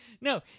No